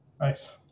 nice